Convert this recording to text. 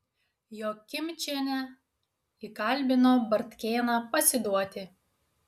jokimčienė įkalbino bartkėną pasiduoti